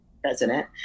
president